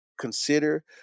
consider